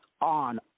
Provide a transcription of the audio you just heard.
on